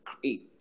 create